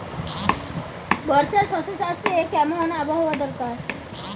বর্ষার শশা চাষে কেমন আবহাওয়া দরকার?